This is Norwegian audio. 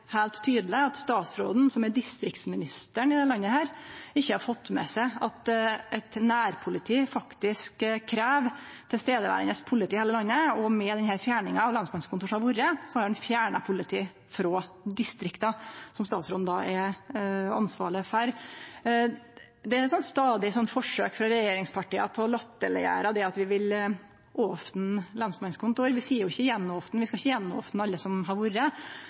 heilt tydeleg at statsråden, som er distriktsminister i landet, ikkje har fått med seg at eit nærpoliti faktisk krev politi som er til stades i heile landet, og med den fjerninga av lensmannskontor som har vore, har ein fjerna politi frå distrikta – som statsråden då er ansvarleg for. Det er stadige forsøk frå regjeringspartia på å låtteleggjere det at vi vil opne lensmannskontor. Vi seier ikkje at vi skal gjenopne alle, men vi ønskjer å opne der det er tydeleg behov for det, etter at det har